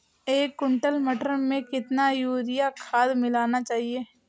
एक कुंटल मटर में कितना यूरिया खाद मिलाना चाहिए?